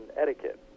etiquette